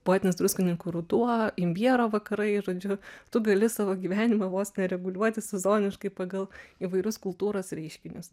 poetinis druskininkų ruduo imbiero vakarai žodžiu tu gali savo gyvenimą vos ne reguliuoti sezoniškai pagal įvairius kultūros reiškinius